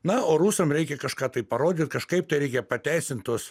na o rusam reikia kažką tai parodyt kažkaip tai reikia pateisint tuos